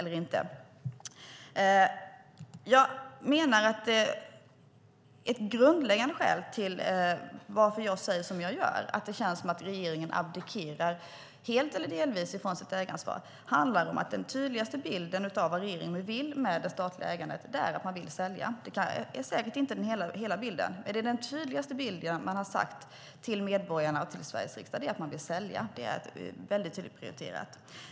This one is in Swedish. Ett grundläggande skäl till att jag säger som jag gör, att det känns som om regeringen abdikerar helt eller delvis från sitt ägaransvar, är att den tydligaste bilden av vad regeringen vill med det statliga ägandet är att man vill sälja. Det är säkert inte hela bilden, men den tydligaste bilden man har gett medborgarna och Sveriges riksdag är att man vill sälja. Det är mycket tydligt prioriterat.